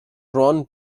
ron